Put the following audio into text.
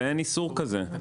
ואין איסור כזה.